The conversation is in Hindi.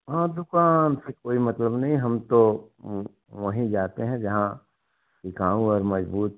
हाँ दुकान से कोई मतलब नहीं है हम तो वहीं जाते हैं जहाँ टिकाऊ और मज़बूत